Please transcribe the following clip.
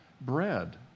bread